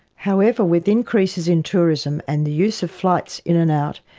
however, with increases in tourism and the use of flights in and out,